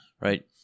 right